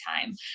time